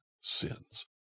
sins